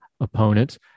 opponents